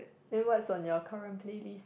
then what's on your current playlist